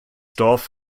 dorf